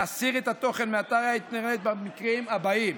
להסיר את התוכן מאתרי האינטרנט במקרים הבאים,